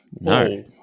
No